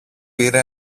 πήρε